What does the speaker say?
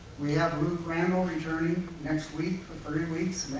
we have luke randall returning next week for three weeks.